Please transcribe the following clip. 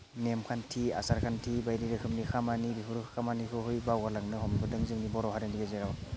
नेम खान्थि आसार खान्थि बायदि रोखोमनि खामानि बेफोर खामानिखौहै बाउगारलांनो हमबोदों जोंनि बर' हारिनि गेजेराव